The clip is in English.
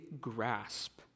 grasp